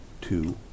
two